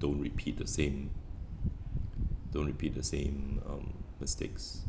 don't repeat the same don't repeat the same um mistakes